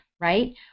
right